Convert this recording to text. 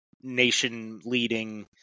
nation-leading